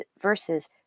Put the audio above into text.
versus